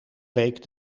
week